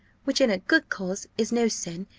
which in a good cause is no sin,